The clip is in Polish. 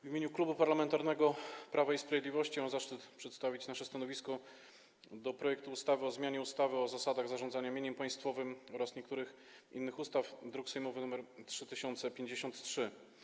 W imieniu Klubu Parlamentarnego Prawo i Sprawiedliwość mam zaszczyt przedstawić nasze stanowisko co do projektu ustawy o zmianie ustawy o zasadach zarządzania mieniem państwowym oraz niektórych innych ustaw, druk sejmowy nr 3053.